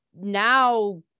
Now